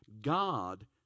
God